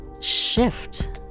shift